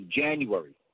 January